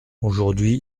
aujourd’hui